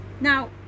Now